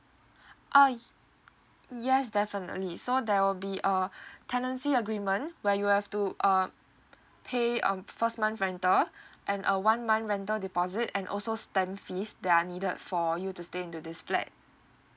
uh yes definitely so there will be a tenancy agreement where you have to um pay um first month rental and a one month rental deposit and also stamp fees that are needed for you to stay into this flat